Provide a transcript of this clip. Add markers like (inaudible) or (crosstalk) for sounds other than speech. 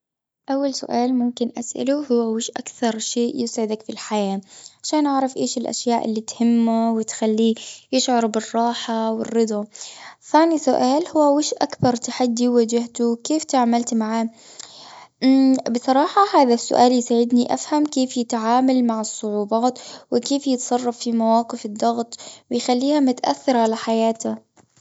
أول سؤال ممكن أسأله، هو وش أكثر شيء يسعدك في الحياه. عشان أعرف ايش الأشياء اللي تهمه، وتخليه يشعر بالراحة والرضا. ثاني سؤال، هو وش أكبر تحدي واجهته، وكيف تعاملت معه. (hesitation) بصراحه هذا السؤال يساعدني افهم، كيف يتعامل مع الصعوبات، وكيف يتصرف في مواقف الضغط، ويخليها ما تأثر على حياته.